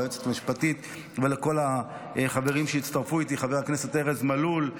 ליועצת המשפטית ולכל החברים שהצטרפו אליי חבר הכנסת ארז מלול,